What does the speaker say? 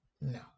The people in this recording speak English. no